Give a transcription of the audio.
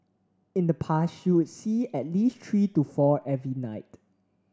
in the past she would see at least three to four every night